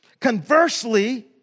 Conversely